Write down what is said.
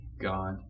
God